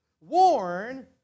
Warn